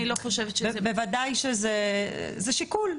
אני מסכימה שזה שיקול,